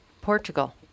Portugal